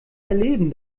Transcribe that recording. erleben